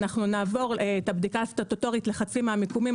שנעבור את הבדיקה הסטטוטורית לחצי מהמיקומים,